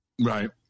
Right